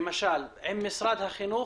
למשל עם משרד החינוך,